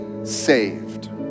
Saved